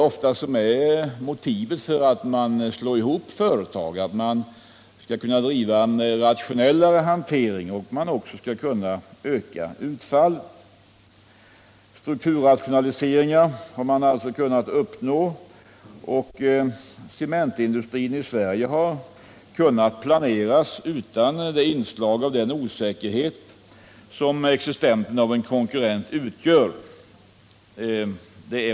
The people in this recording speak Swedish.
Ofta är väl motivet för att man slår ihop företag att man skall kunna driva en rationellare hantering och även öka utfallet. Strukturrationaliseringar har man alltså kunnat uppnå, och cementindustrin i Sverige har kunnat planeras utan det inslag av osäkerhet som existensen av konkurrens utgör.